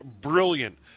brilliant